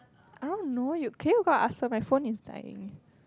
I don't know you can you go and ask them my phone is dying